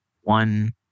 one